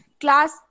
class